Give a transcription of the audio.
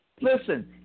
Listen